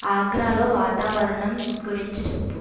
ఆగ్రాలో వాతావరణం గురించి చెప్పు